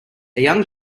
young